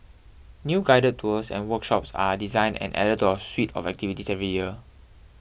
new guided tours and workshops are designed and added to our suite of activity every year